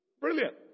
Brilliant